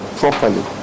properly